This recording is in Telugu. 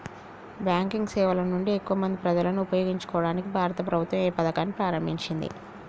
బ్యాంకింగ్ సేవల నుండి ఎక్కువ మంది ప్రజలను ఉపయోగించుకోవడానికి భారత ప్రభుత్వం ఏ పథకాన్ని ప్రారంభించింది?